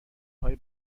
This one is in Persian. های